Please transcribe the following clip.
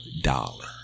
dollar